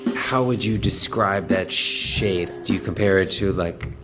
how would you describe that shade? do you compare it to, like,